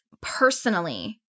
personally